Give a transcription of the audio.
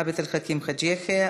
עבד אל חכים חאג' יחיא,